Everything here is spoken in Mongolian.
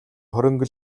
хөрөнгө